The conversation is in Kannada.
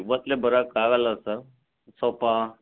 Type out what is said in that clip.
ಇವತ್ತೇ ಬರೋಕಾಗಲ್ಲ ಸರ್ ಸ್ವಲ್ಪ